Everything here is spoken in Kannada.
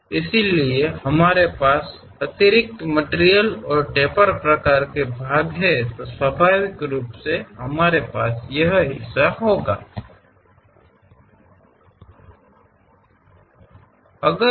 ಅಂತೆಯೇ ನಮ್ಮಲ್ಲಿ ಹೆಚ್ಚುವರಿ ವಸ್ತು ಮತ್ತು ಉತ್ತಮವಾದ ವಿಷಯವಿದೆ ಆಗ ಸ್ವಾಭಾವಿಕವಾಗಿ ನಾವು ಈ ಭಾಗವನ್ನು ಹೊಂದಿರುತ್ತೇವೆ